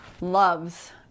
loves